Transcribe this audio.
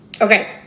okay